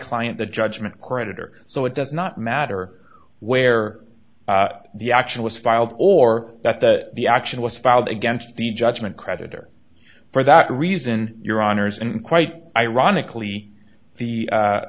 client the judgment creditor so it does not matter where the action was filed or that the the action was filed against the judgment creditor for that reason your honour's and quite ironically the